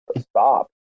stop